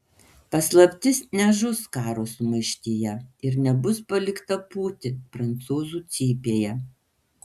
paslaptis nežus karo sumaištyje ir nebus palikta pūti prancūzų cypėje